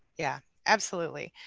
yeah absolutely,